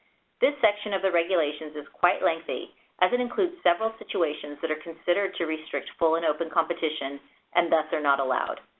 this section of the regulations is quite lengthy as it includes several situations that are considered to restrict full and open competition and thus are not allowed.